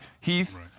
Heath